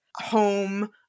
home